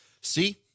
See